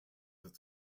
its